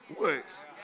works